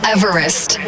Everest